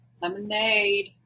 Lemonade